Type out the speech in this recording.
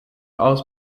aus